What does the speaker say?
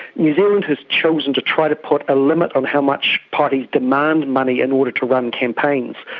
new zealand has chosen to try to put a limit on how much parties demand money in order to run campaigns,